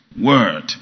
word